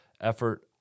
effort